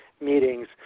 meetings